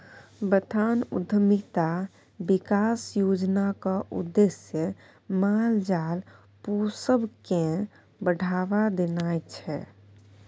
बथान उद्यमिता बिकास योजनाक उद्देश्य माल जाल पोसब केँ बढ़ाबा देनाइ छै